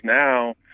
now